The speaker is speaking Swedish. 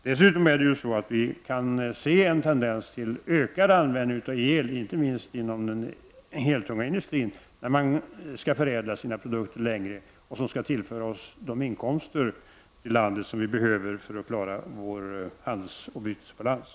Vi kan dessutom se en tendens till en ökad användning av el, inte minst inom den eltunga industrin. Man skall förädla sina produkter längre, och det skall tillföra oss i Sverige de inkomster som vi behöver för att klara vår handelsoch bytesbalans.